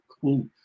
cool